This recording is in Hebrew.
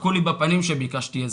צחקו לי בפנים כשביקשתי עזרה,